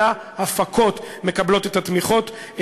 אלא הפקות מקבלות את התמיכות.